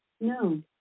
No